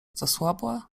zasłabła